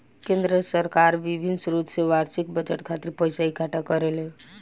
केंद्र सरकार बिभिन्न स्रोत से बार्षिक बजट खातिर पइसा इकट्ठा करेले